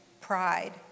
pride